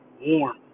warm